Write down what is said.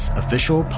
official